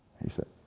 he said,